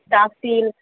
silk